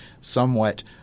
somewhat